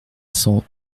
cent